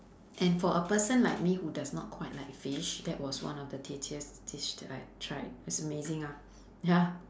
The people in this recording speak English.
and for a person like me who does not quite like fish that was one of the tastiest dish that I tried it's amazing ah ya